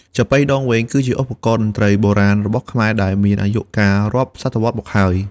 ចាប៉ីដងវែង គឺជាឧបករណ៍តន្ត្រីបុរាណរបស់ខ្មែរដែលមានអាយុកាលរាប់សតវត្សមកហើយ។